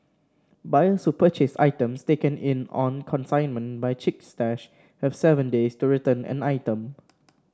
buyers who purchase items taken in on consignment by Chic Stash have seven days to return an item